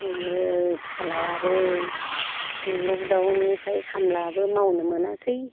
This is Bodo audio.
बेयो फिसाज्लायाबो लकडाउननिफ्राय खामलायाबो मावनो मोनासै